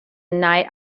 night